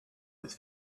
with